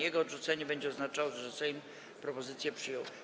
Jego odrzucenie będzie oznaczało, że Sejm propozycję przyjął.